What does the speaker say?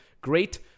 great